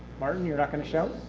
martin, you are not going to show?